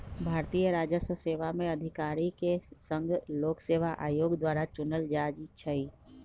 भारतीय राजस्व सेवा में अधिकारि के संघ लोक सेवा आयोग द्वारा चुनल जाइ छइ